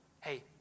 Hey